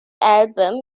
album